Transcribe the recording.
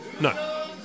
No